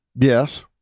yes